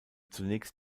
zunächst